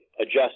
adjust